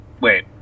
Wait